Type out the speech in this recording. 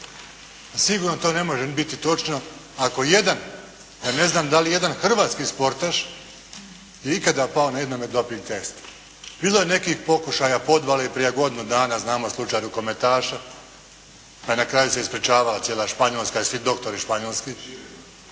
Sigurno to ne može biti točno, ako jedan, ja ne znam da li jedan hrvatski sportaš je ikada pao na jednom doping testu. Bilo je nekih pokušaja podvale prije godinu dana, znamo slučaj rukometaša pa je na kraju se ispričavala cijela Španjolska i svi doktori španjolski.